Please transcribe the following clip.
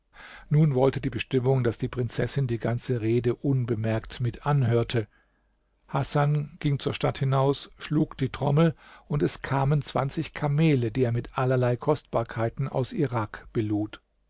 nun wollte die bestimmung daß die prinzessin die ganze rede unbemerkt mit anhörte hasan ging zur stadt hinaus schlug die trommel und es kamen zwanzig kamele die er mit allerlei kostbarkeiten aus irak